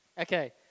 Okay